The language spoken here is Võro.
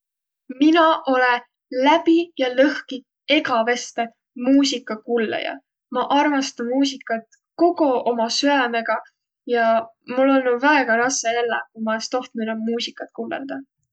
Mina olõ läbi ja lõhki, egäveste muusigakullõja. Ma armasta muusikat kogo oma süämega ja mul olnuq väega rassõ elläq, ku ma es tohtnuq inämb muusikat kullõldaq.